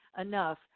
enough